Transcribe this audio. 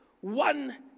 one